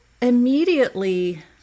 immediately